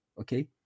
Okay